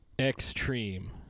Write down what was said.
extreme